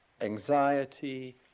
anxiety